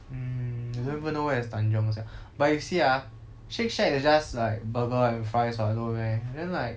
mm don't even know where is tanjong sia but you see ah shake shack is just like burger and fries what no meh then like